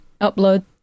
upload